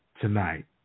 tonight